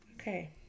Okay